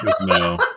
No